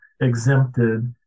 exempted